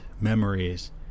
memories